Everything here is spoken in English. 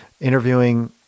interviewing